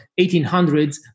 1800s